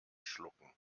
schlucken